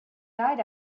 died